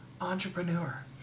entrepreneur